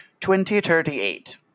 2038